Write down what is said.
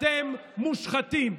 אתם מושחתים.